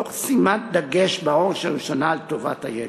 תוך שימת דגש בראש ובראשונה על טובת הילד.